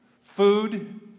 food